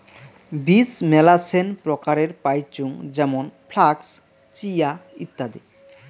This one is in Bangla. বীজ মেলাছেন প্রকারের পাইচুঙ যেমন ফ্লাক্স, চিয়া, ইত্যাদি